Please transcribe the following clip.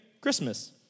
Christmas